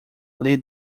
lee